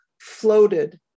floated